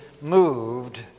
moved